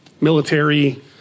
military